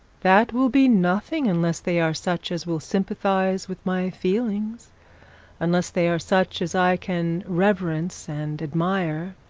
that will be nothing unless they are such as will sympathise with my feelings unless they are such as i can reverence and admire